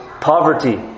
poverty